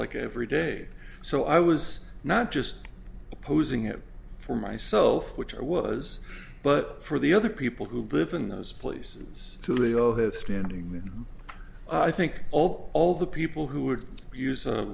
like every day so i was not just opposing it for myself which i was but for the other people who live in those places to leo have standing there i think all all the people who would use a